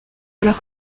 alors